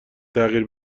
تغییر